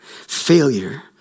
Failure